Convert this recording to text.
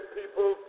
people